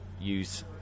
use